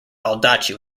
baldacci